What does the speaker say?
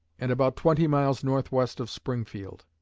and about twenty miles northwest of springfield.